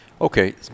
Okay